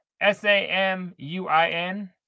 S-A-M-U-I-N